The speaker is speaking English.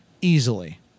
easily